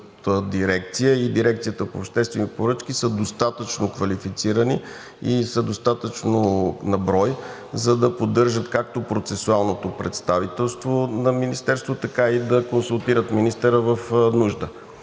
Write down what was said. дирекция и дирекцията по обществени поръчки са достатъчно квалифицирани и са достатъчно на брой, за да поддържат както процесуалното представителство на Министерството, така и да консултират министъра в нужда.